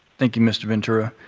thank you, mr. ventura.